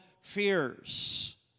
fears